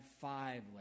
five